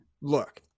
look